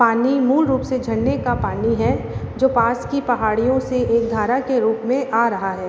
पानी मूल रूप से झरने का पानी है जो पास की पहाड़ियों से एक धारा के रूप में आ रहा है